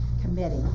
committee